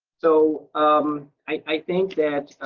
so um i think that